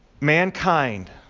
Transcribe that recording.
mankind